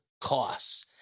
costs